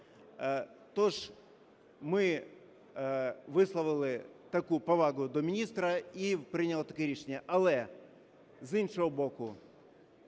Тож ми висловили таку повагу до міністра і прийняли таке рішення. Але, з іншого боку,